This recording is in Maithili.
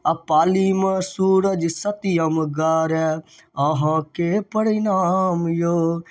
आओर पालीमे सूरज सत्यम गारै अहाँके परनाम यौ